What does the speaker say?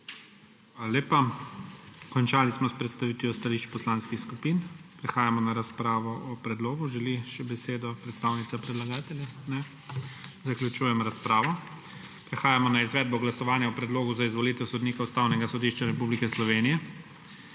Hvala lepa. Končali smo s predstavitvijo stališč poslanskih skupin. Prehajamo na razpravo o predlogu. Želi še besedo predstavnica predlagatelja? Ne. Zaključujem razpravo. Prehajamo na izvedbo glasovanja o Predlogu za izvolitev sodnika Ustavnega sodišča Republike Slovenije.